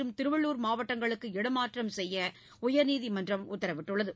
மற்றும் திருவள்ளூர் மாவட்டங்களுக்கு இடமாற்றம் செய்ய உயர்நீதிமன்றம் உத்தரவிட்டுள்ளது